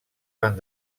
van